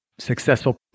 Successful